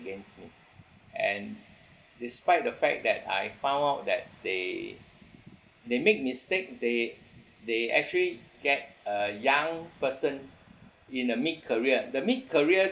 against me and despite the fact that I found out that they they make mistake they they actually get a young person in a mid career the mid career